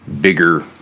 bigger